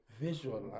Visualize